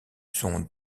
son